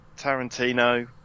Tarantino